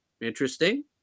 interesting